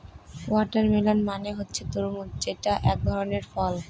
watermelon মানে হচ্ছে তরমুজ যেটা এক ধরনের ফল